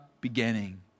beginning